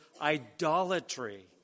idolatry